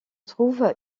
retrouve